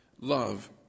Love